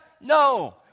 No